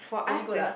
really good lah